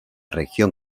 región